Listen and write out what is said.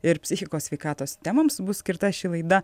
ir psichikos sveikatos temoms bus skirta ši laida